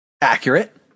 Accurate